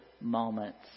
moments